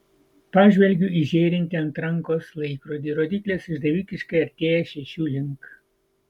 pažvelgiu į žėrintį ant rankos laikrodį rodyklės išdavikiškai artėja šešių link